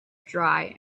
dry